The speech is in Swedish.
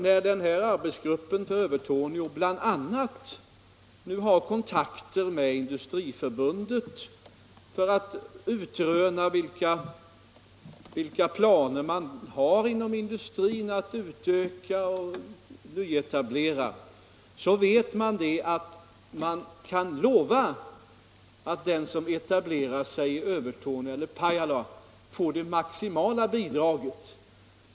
Den arbetsgrupp för Övertorneå, som nu bl.a. har kontakter med Industriförbundet för att utröna vilka planer man har inom industrin att utöka och nyetablera, kan däremot lova att den som etablerar sig i Övertorneå eller i Pajala får det maximala bidraget.